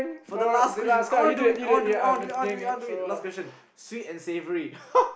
for the last question I want to do it I want to do it I want to do it I want to do it I want to do it the last question sweet and savoury